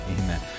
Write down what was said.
amen